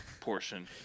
portion